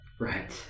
Right